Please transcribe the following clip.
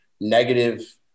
negative